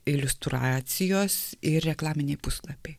iliustracijos ir reklaminiai puslapiai